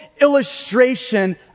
illustration